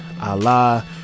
Allah